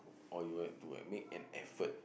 or you have to like make an effort